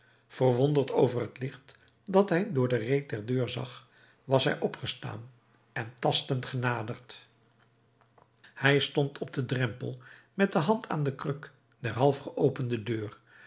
verwonderd over het licht dat hij door de reet der deur zag was hij opgestaan en tastend genaderd hij stond op den drempel met de hand aan de kruk der half geopende deur